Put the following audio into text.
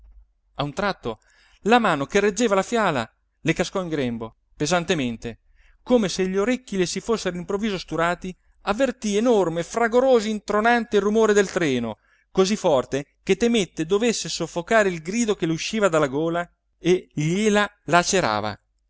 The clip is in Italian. a un tratto la mano che reggeva la fiala le cascò in grembo pesantemente come se gli orecchi le si fossero all'improvviso sturati avvertì enorme fragoroso intronante il rumore del treno così forte che temette dovesse soffocare il grido che le usciva dalla gola e gliela lacerava